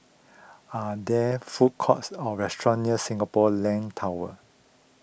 are there food courts or restaurant near Singapore Land Tower